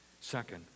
Second